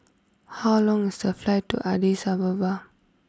how long is the flight to Addis Ababa